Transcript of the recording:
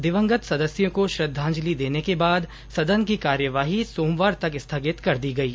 दिवंगत सदस्यों को श्रद्वांजलि देने के बाद सदन की कार्यवाही सोमवार तक स्थगित कर दी गयी